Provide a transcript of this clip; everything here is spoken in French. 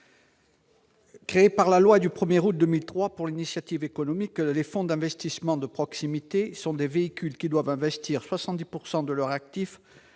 Créés par la loi du 1 août 2003 pour l'initiative économique, les fonds d'investissement de proximité, ou FIP, sont des véhicules qui doivent investir 70 % de leur actif